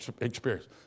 experience